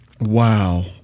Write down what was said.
Wow